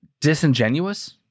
disingenuous